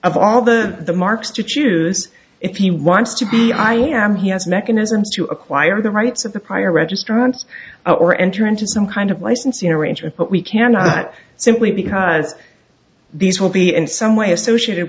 of all the marks to choose if he wants to be i am he has mechanisms to acquire the rights of the prior registrants or enter into some kind of licensing arrangement but we cannot simply because these will be in some way associated